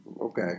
Okay